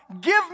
give